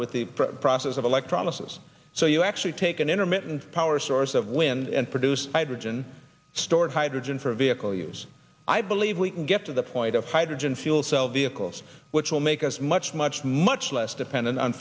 with the process of electrolysis so you actually take an intermittent power source of wind and produce hydrogen stored hydrogen for a vehicle use i believe we get to the point of hydrogen fuel cell vehicles which will make us much much much less dependent on